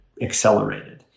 accelerated